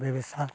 ᱵᱮᱵᱮᱥᱟ